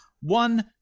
one